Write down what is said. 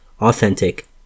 authentic